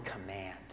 command